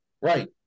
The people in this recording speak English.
Right